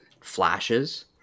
flashes